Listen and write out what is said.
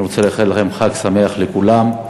ואני רוצה לאחל לכם חג שמח, לכולם.